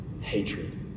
hatred